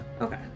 Okay